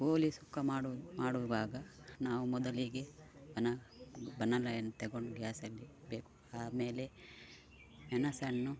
ಕೋಳಿ ಸುಕ್ಕ ಮಾಡು ಮಾಡುವಾಗ ನಾವು ಮೊದಲಿಗೆ ಬನ ಬಾಣಲೆಯನ್ನ ತಗೊಂಡು ಗ್ಯಾಸ್ ಅಲ್ಲಿ ಇಡಬೇಕು ಆಮೇಲೆ ಮೆಣಸನ್ನು